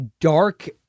dark